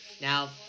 Now